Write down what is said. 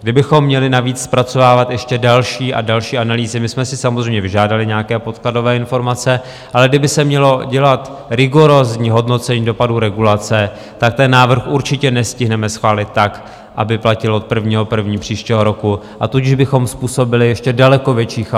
Kdybychom měli navíc zpracovávat ještě další a další analýzy my jsme si samozřejmě vyžádali nějaké podkladové informace, ale kdyby se mělo dělat rigorózní hodnocení dopadů regulace, tak ten návrh určitě nestihneme schválit tak, aby platil od 1. 1. příštího roku, tudíž bychom způsobili ještě daleko větší chaos.